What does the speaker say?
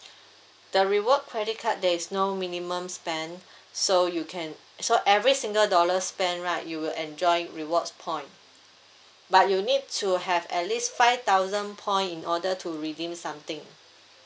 the reward credit card there is no minimum spend so you can so every single dollar spent right you will enjoy rewards point but you need to have at least five thousand point in order to redeem something